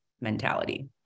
mentality